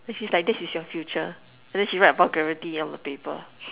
then she's like this is your future and then she write a vulgarity on the paper